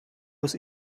was